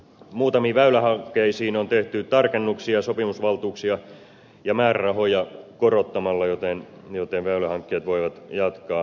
muutamiin väylähankkeisiin on tehty tarkennuksia sopimusvaltuuksia ja määrärahoja korottamalla joten väylähankkeet voivat jatkaa kuten on suunniteltu